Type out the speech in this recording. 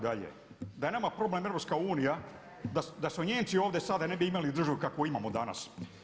Da je nama problem EU, da su Nijemci ovdje sada ne bi imali državu kakvu imamo danas.